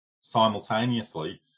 simultaneously